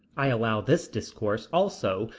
i allow this discourse, also,